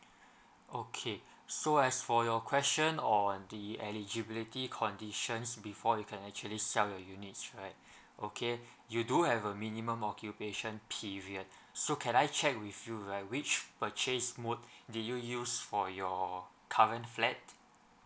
okay so as for your question on the eligibility conditions before you can actually sell your unit right okay you do have a minimum occupation period so can I check with you like which purchase mode did you use for your current flat